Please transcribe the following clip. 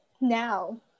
now